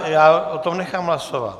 Ne, já o tom nechám hlasovat.